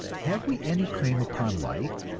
have we any claim upon life,